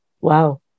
Wow